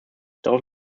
darauf